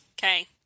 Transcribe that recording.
Okay